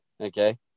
Okay